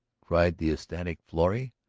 cried the ecstatic florrie.